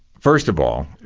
first of all,